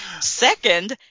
Second